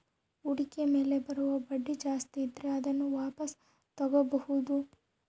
ಹೂಡಿಕೆ ಮೇಲೆ ಬರುವ ಬಡ್ಡಿ ಜಾಸ್ತಿ ಇದ್ರೆ ಅದನ್ನ ವಾಪಾಸ್ ತೊಗೋಬಾಹುದು